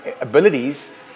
abilities